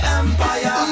empire